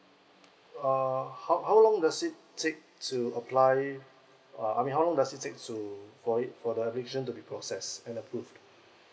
uh how how long does it take to apply uh I mean how does it take to for it for the application to be processed and approved